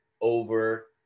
over